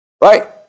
Right